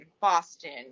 Boston